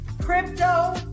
crypto